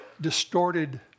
distorted